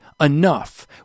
enough